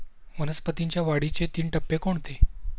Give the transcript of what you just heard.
वनस्पतींच्या वाढीचे तीन टप्पे कोणते?